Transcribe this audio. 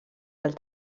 del